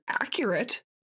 accurate